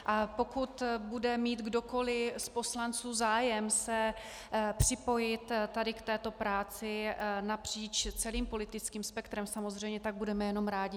A pokud bude mít kdokoli z poslanců zájem připojit se tady k této práci, napříč celým politickým spektrem samozřejmě, tak budeme jenom rádi.